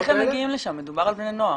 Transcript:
אבל איך הם מגיעים לשם, מדובר על בני נוער?